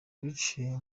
biciye